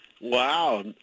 Wow